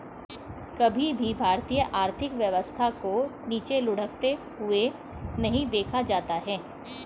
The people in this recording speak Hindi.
कभी भी भारतीय आर्थिक व्यवस्था को नीचे लुढ़कते हुए नहीं देखा जाता है